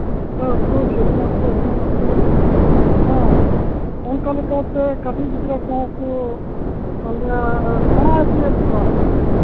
ᱥᱮᱨᱮᱧ ᱟᱠᱚ ᱮᱱᱮᱡ ᱟᱠᱚ ᱦᱮᱸ ᱚᱱᱠᱟ ᱞᱮᱠᱟᱛᱮ ᱠᱟᱹᱴᱤᱡ ᱜᱤᱫᱽᱨᱟᱹ ᱠᱚᱦᱚᱸ ᱠᱚ ᱟᱞᱮ ᱥᱮᱬᱟ ᱦᱚᱪᱚᱭᱮᱫ ᱠᱚᱣᱟ